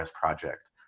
project